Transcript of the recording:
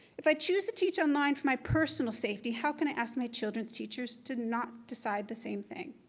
if i choose to teach online for my personal safety, how can i ask my children's teachers to not decide the same thing?